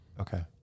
Okay